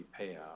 payout